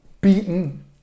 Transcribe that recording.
beaten